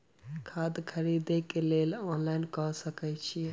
खाद खरीदे केँ लेल ऑनलाइन कऽ सकय छीयै?